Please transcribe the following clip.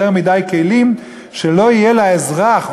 יותר מדי כלים כך שלא יהיה לאזרח,